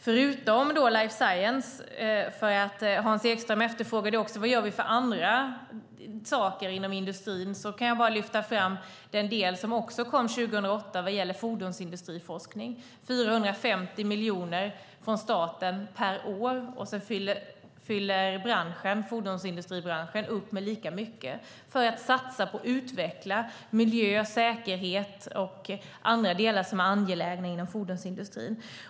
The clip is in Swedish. Förutom life science - för Hans Ekström efterfrågade vad vi gör för andra saker inom industrin - kan jag bara lyfta fram den del som också kom 2008 som gäller fordonsindustriforskning. Det är 450 miljoner från staten per år - sedan fyller fordonsindustribranschen på med lika mycket - för att satsa på utveckling när det gäller miljö, säkerhet och andra delar som är angelägna inom fordonsindustrin.